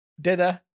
Dinner